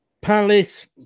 Palace